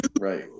Right